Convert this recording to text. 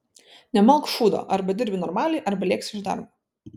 nemalk šūdo arba dirbi normaliai arba lėksi iš darbo